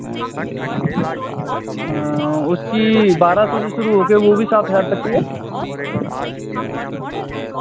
उसकी बारह सौ से शुरू होकर वह भी सात हज़ार तक की है